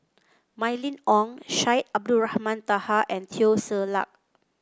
Mylene Ong Syed Abdulrahman Taha and Teo Ser Luck